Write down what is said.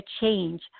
change